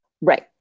Right